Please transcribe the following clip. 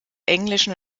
englischen